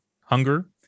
hunger